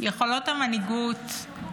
יכולות המנהיגות,